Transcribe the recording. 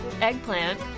Eggplant